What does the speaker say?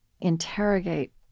interrogate